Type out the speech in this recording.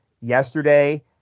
yesterday